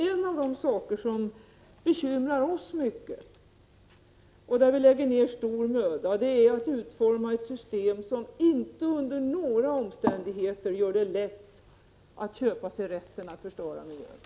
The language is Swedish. En av de saker som bekymrar oss mycket och där vi lägger ned stor möda gäller utformningen av ett system som inte under några omständigheter gör det lätt att köpa sig rätten att förstöra miljön.